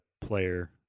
player